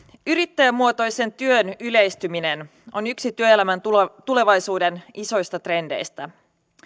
yrittäjämuotoisen työn yleistyminen on yksi työelämän tulevaisuuden isoista trendeistä